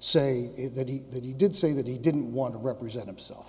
say that he that he did say that he didn't want to represent himself